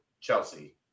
Chelsea